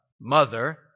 Mother